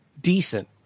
decent